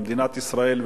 למדינת ישראל,